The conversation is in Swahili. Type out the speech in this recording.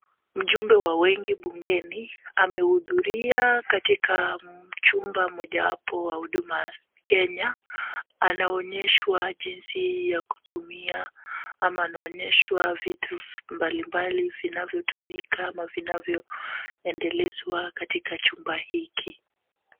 Mjumbe wa wengi bungeni amehudhuria katika chumba mojawapo wa Huduma Kenya. Anaonyeshwa jinsi ya kutumia ama anaonyeshwa vitu mbalimbali vinavyotumika ama vinavyoendelezwa katika chumba hiki.